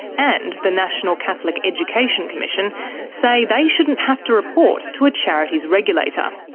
and the national catholic education commission say they shouldn't have to report to a charities regulator.